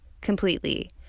completely